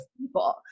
people